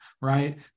right